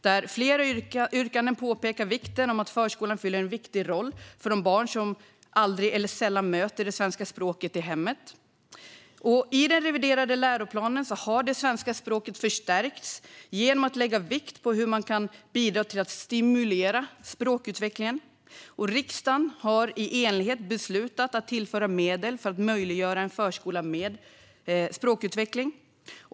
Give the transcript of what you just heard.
I flera yrkanden påpekar man att förskolan har en viktig roll för de barn som aldrig eller sällan möter det svenska språket i hemmet. I den reviderade läroplanen har det svenska språket förstärkts genom att man lägger vikt vid hur man kan bidra till att stimulera språkutvecklingen. Riksdagen har i enighet beslutat att tillföra medel för att möjliggöra en förskola med språkutveckling.